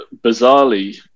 bizarrely